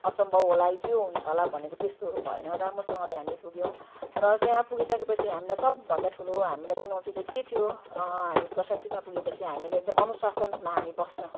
असम्भव होला त्यो हुन्छ होला भनेको त्यस्तोहरू भएन राम्रोसँगले हामी पुग्यौँ र त्यहाँ पुगिसकेपछि हामीलाई सबभन्दा ठुलो हाम्रो चुनौति चाहिँ के थियो हामी प्रशान्तिमा पुगेपछि हामीले एकदम अनुशासनमा हामी बस्नु